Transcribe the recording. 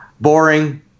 boring